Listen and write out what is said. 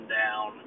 down